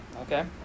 Okay